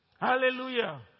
Hallelujah